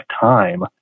time